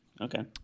Okay